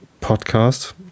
podcast